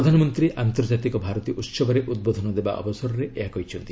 ପ୍ରଧାନମନ୍ତ୍ରୀ ଆନ୍ତର୍ଜାତିକ ଭାରତୀ ଉତ୍ସବରେ ଉଦ୍ବୋଧନ ଦେବା ଅବସରରେ ଏହା କହିଛନ୍ତି